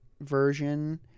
version